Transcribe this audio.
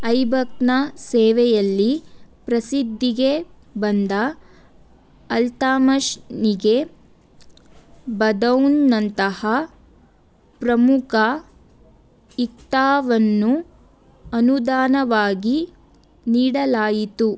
ಐಬಕ್ನ ಸೇವೆಯಲ್ಲಿ ಪ್ರಸಿದ್ಧಿಗೆ ಬಂದ ಅಲ್ತಮಷ್ನಿಗೆ ಬದೌನ್ನಂತಹ ಪ್ರಮುಖ ಇಕ್ಟಾವನ್ನು ಅನುದಾನವಾಗಿ ನೀಡಲಾಯಿತು